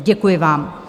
Děkuji vám.